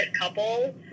couple